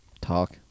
talk